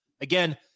Again